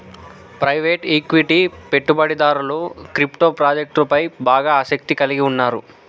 private equity పెట్టుబడిదారులు crypto ప్రాజెక్టులపై బాగా ఆసక్తిని కలిగి ఉన్నరు